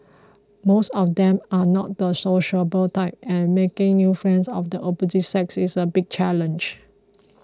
most of them are not the sociable type and making new friends of the opposite sex is a big challenge